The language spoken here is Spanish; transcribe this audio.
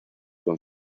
con